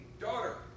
daughter